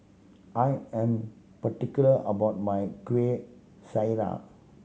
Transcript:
I am particular about my Kuih Syara